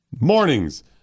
Mornings